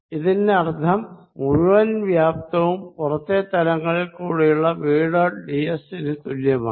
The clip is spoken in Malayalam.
ഇതിനർത്ഥം മുഴുവൻ വോളിയവും പുറത്തെ തലങ്ങളിക്കൂടിയുള്ള വി ഡോട്ട് ഡി എസ് നു തുല്യമാണ്